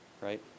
right